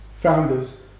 founders